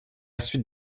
suite